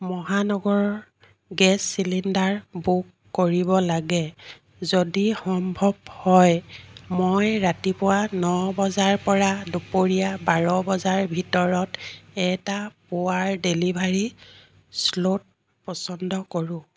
মহানগৰ gas cylinder book কৰিব লাগে যদি সম্ভৱ হয় মই ৰাতিপুৱা ন বজাৰ পৰা দুপৰীয়া বাৰ বজাৰ ভিতৰত এটা পুৱাৰ ডেলিভাৰী শ্লট পচন্দ কৰোঁ